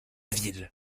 ville